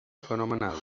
fenomenal